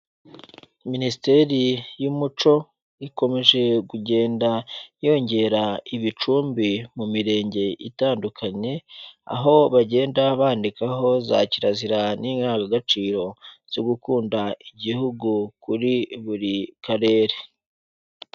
Minisiteri y'Umuco ikomeje kugenda yongera ibicumbi mu mirenge itandukanye, aho bagenda bandikaho za kirazira n'indangagaciro zo gukunda igihugu kuri buri karere.